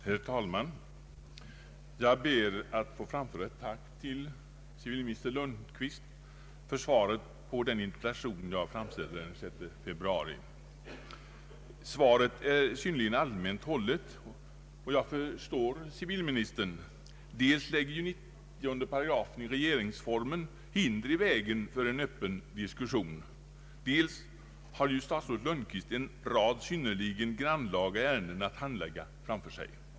Herr talman! Jag ber att få framföra ett tack till civilminister Lundkvist för svaret på den interpellation som jag framställde den 6 februari. Svaret är synnerligen allmänt hållet, och jag förstår civilministern. Dels lägger ju 90 8 regeringsformen hinder i vägen för en öppen diskussion, dels har ju statsrådet Lundkvist en rad synnerligen grannlaga ärenden framför sig att handlägga.